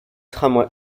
tramway